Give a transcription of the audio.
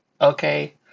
okay